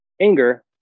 anger